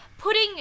putting